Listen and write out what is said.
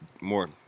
more